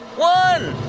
one